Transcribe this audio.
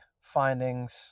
findings